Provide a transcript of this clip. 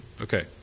Okay